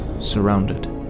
surrounded